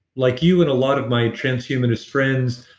like you and a lot of my transhumanist friends